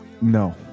No